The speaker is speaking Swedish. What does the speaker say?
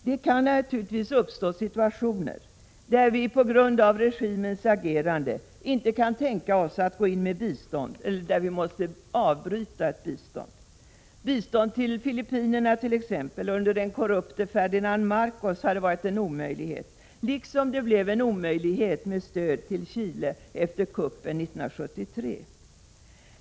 Det kan naturligtvis uppstå situationer där vi, på grund av regimens agerande, inte kan tänka oss att gå in med bistånd eller där vi måste avbryta ett bistånd. Bistånd till Filippinerna under den korrupte Ferdinand Marcos hade t.ex. varit en omöjlighet, liksom det blev en omöjlighet med stöd till Chile efter kuppen 1973.